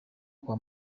kwa